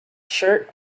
shirt